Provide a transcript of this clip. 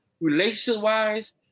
relationship-wise